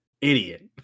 idiot